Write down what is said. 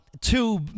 two